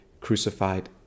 crucified